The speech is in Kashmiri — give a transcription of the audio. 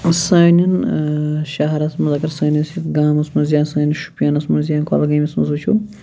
سٲنٮ۪ن شَہرس منٛز اگر سٲنِس گامس منٛز یا سٲنس شُپیَنس منٛز یا کوٚلگٲمس منٛز وُچھو